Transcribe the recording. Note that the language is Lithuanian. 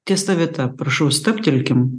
ties ta vieta prašau stabtelkim